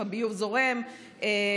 אלא אם כן יהיה שינוי עד 24:00. לכן אנחנו,